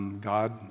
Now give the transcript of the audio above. God